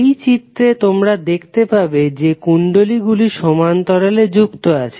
এই চিত্রে তোমরা দেখতে পাবে যে কুণ্ডলীগুলি সমান্তরালে যুক্ত আছে